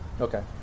okay